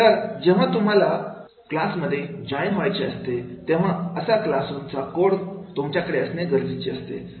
तर जेव्हा तुम्हाला क्लास मध्ये जॉईन व्हायचे असते तेव्हा असा क्लास रूम चा कोड तुमच्याकडे असणे गरजेचे असते